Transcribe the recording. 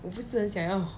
我不是很想要